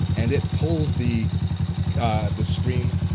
and it pulls the the screen,